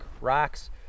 rocks